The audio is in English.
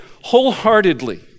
wholeheartedly